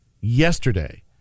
yesterday